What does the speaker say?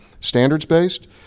Standards-based